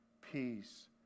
Peace